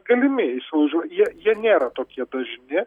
galimi įsilaužim jie jie nėra tokie dažni